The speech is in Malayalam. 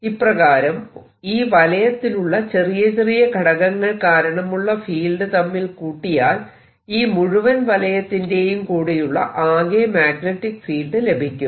ഇപ്രകാരം ഈ വലയത്തിലുള്ള ചെറിയ ചെറിയ ഘടകങ്ങൾ കാരണമുള്ള ഫീൽഡ് തമ്മിൽ കൂട്ടിയാൽ ഈ മുഴുവൻ വലയത്തിന്റെയും കൂടിയുള്ള ആകെ മാഗ്നെറ്റിക് ഫീൽഡ് ലഭിക്കും